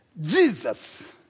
Jesus